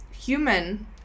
human